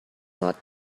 not